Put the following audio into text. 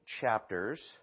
chapters